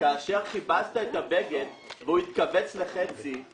כאשר כיבסת את הבגד והוא התכווץ לחצי,